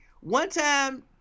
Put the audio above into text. one-time